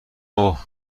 اوه